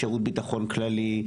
לשירות ביטחון כללי,